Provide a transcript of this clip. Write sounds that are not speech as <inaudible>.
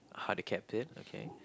<noise> the captain okay